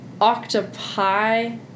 octopi